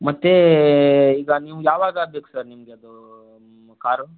ಮತ್ತು ಈಗ ನೀವು ಯಾವಾಗ ಬೇಕು ಸರ್ ನಿಮಗೆ ಅದು ಕಾರು